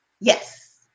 yes